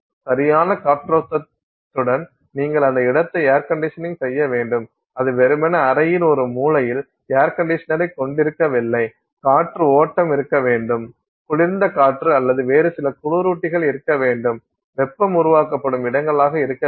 சரியான காற்றோட்டத்துடன் நீங்கள் அந்த இடத்தை ஏர் கண்டிஷனிங் செய்ய வேண்டும் அது வெறுமனே அறையின் ஒரு மூலையில் ஏர் கண்டிஷனரைக் கொண்டிருக்கவில்லை காற்று ஓட்டம் இருக்க வேண்டும் குளிர்ந்த காற்று அல்லது வேறு சில குளிரூட்டிகள் இருக்க வேண்டும் வெப்பம் உருவாக்கப்படும் இடங்களாக இருக்க வேண்டும்